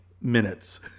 minutes